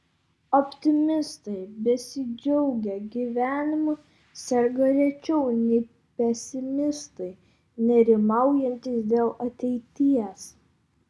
optimistai besidžiaugią gyvenimu serga rečiau nei pesimistai nerimaujantys dėl ateities